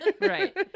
Right